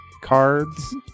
cards